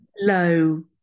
low